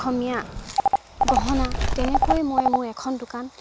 অসমীয়া গহনা তেনেকৈ মই মোৰ এখন দোকান